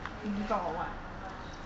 give up on what